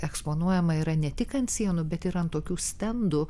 eksponuojama yra ne tik ant sienų bet ir ant tokių stendų